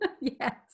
Yes